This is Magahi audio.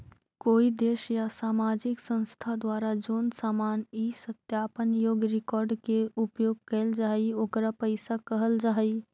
कोई देश या सामाजिक संस्था द्वारा जोन सामान इ सत्यापन योग्य रिकॉर्ड के उपयोग कईल जा ओकरा पईसा कहल जा हई